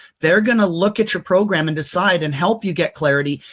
they're going to look at your program and decide and help you get clarity.